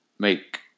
make